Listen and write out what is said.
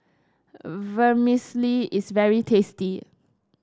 vermicelli is very tasty